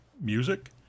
music